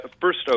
first